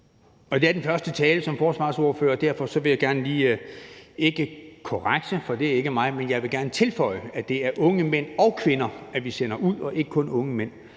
Det er den første tale som forsvarsordfører, og derfor vil jeg gerne lige, ikke korrekse, for det er ikke mig at gøre det, men jeg vil gerne tilføje, at det er unge mænd og kvinder, vi sender ud, og ikke kun unge mænd.